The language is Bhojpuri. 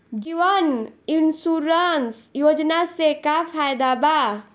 जीवन इन्शुरन्स योजना से का फायदा बा?